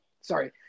Sorry